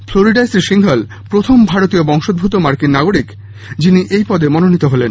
ফ্লোরিডায় শ্রী সিংঘল প্রথম ভারতীয় বংশদ্ভুত মার্কিন নাগরিক যিনি এই পদে মনোনীত হলেন